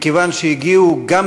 מכיוון שהגיעו פניות רבות,